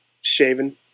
shaven